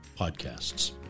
podcasts